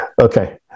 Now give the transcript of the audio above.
okay